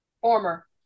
Former